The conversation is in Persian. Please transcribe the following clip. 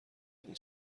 اون